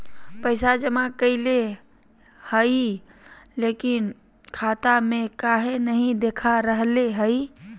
पैसा जमा कैले हिअई, लेकिन खाता में काहे नई देखा रहले हई?